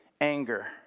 Anger